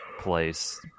place